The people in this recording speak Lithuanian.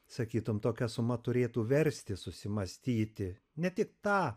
sakytumei tokia suma turėtų versti susimąstyti ne tik tą